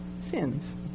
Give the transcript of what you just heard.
sins